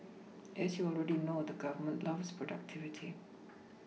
as you already know the Government loves productivity